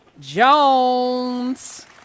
Jones